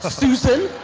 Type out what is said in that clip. ah susan.